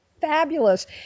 fabulous